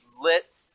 lit